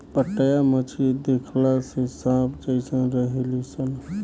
पाटया मछली देखला में सांप जेइसन रहेली सन